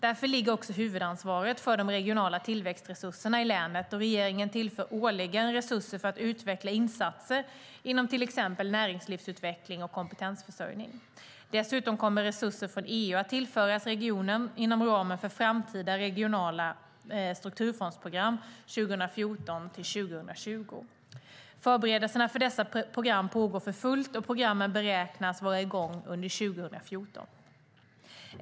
Därför ligger också huvudansvaret för de regionala tillväxtresurserna i länet, och regeringen tillför årligen resurser för att utveckla insatser inom till exempel näringslivsutveckling och kompetensförsörjning. Dessutom kommer resurser från EU att tillföras regionen inom ramen för framtida regionala strukturfondsprogram 2014-2020. Förberedelserna för dessa program pågår för fullt, och programmen beräknas vara i gång under 2014.